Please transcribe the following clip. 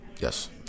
Yes